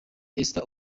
esther